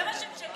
זה מה שמשגע.